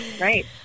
Right